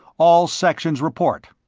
all sections report.